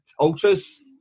Ultras